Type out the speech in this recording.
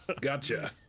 Gotcha